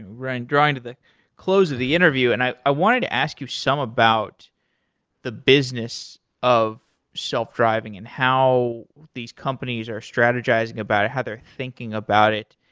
we're and drawing to the close of the interview, and i i wanted to ask you some about the business of self-driving and how these companies are strategizing about it. how they're thinking about it.